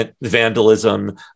vandalism